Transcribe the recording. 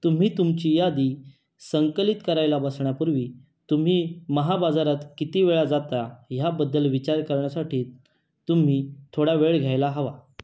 तुम्ही तुमची यादी संकलित करायला बसण्यापूर्वी तुम्ही महाबाजारात किती वेळा जाता ह्याबद्दल विचार करण्यासाठी तुम्ही थोडा वेळ घ्यायला हवा